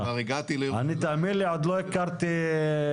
אני אשמח להגיב.